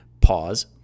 Pause